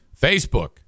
Facebook